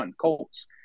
Colts